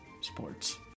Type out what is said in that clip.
Sports